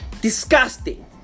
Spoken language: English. Disgusting